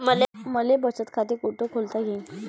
मले बचत खाते कुठ खोलता येईन?